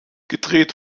gedreht